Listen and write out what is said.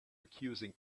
accusing